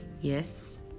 yes